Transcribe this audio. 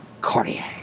Cartier